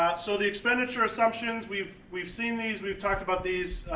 um so the expenditure assumptions, we've we've seen these, we've talked about these,